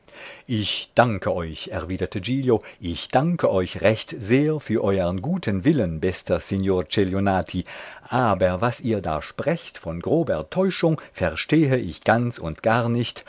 ich danke euch erwiderte giglio ich danke euch recht sehr für euren guten willen bester signor celionati aber was ihr da sprecht von grober täuschung verstehe ich ganz und gar nicht